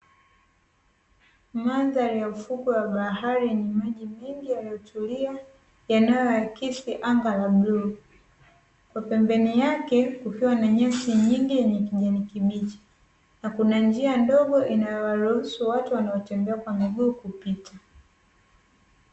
Mandhari ya ufukwe wa bahari wenye maji mengi yaliyotulia, yanayoakisi anga la bluu na pembeni yake kukiwa na nyasi nyingi yenye kijani kibichi na kuna njia ndogo inayowaruhusu watu wanaotembea kwa miguu kupita.